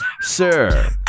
Sir